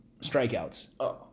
strikeouts